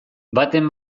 baten